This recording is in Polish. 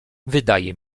wydaje